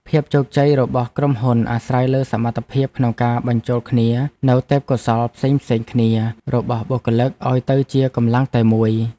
ភាពជោគជ័យរបស់ក្រុមហ៊ុនអាស្រ័យលើសមត្ថភាពក្នុងការបញ្ចូលគ្នានូវទេពកោសល្យផ្សេងៗគ្នារបស់បុគ្គលិកឱ្យទៅជាកម្លាំងតែមួយ។